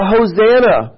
Hosanna